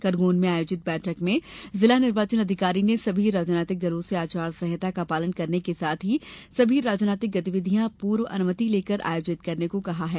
खरगोन में आयोजित बैठक में जिला निर्वाचन आधिकारी ने सभी राजनैतिक दलों से आचार संहिता का पालन करने के साथ ही सभी राजनीतिक गतिविधियां पूर्व अनुमति लेकर आयोजित करने को कहा है